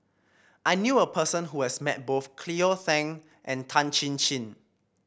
I knew a person who has met both Cleo Thang and Tan Chin Chin